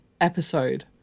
episode